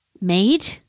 Made